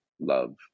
love